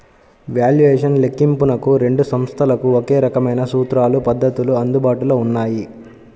valuation లెక్కింపునకు రెండు సంస్థలకు ఒకే రకమైన సూత్రాలు, పద్ధతులు అందుబాటులో ఉన్నాయి